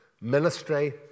ministry